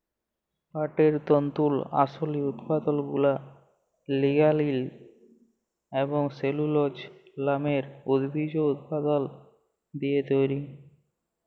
পাটের তল্তুর আসলি উৎপাদলগুলা লিগালিল এবং সেলুলজ লামের উদ্ভিজ্জ উপাদাল দিঁয়ে তৈরি